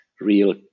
real